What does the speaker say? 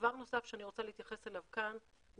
דבר נוסף שאני רוצה להתייחס אליו כאן הוא